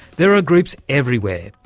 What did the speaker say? there are groups everywhere,